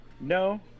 No